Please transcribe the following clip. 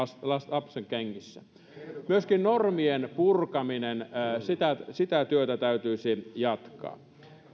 lapsenkengissä myöskin normien purkaminen sitä sitä työtä täytyisi jatkaa